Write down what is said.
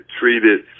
treated